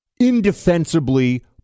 Indefensibly